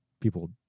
people